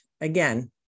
again